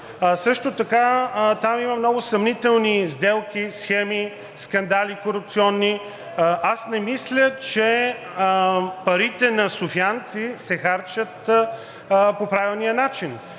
Също така там има много съмнителни сделки, схеми, корупционни скандали. Аз не мисля, че парите на софиянци се харчат по правилния начин.